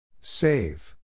Save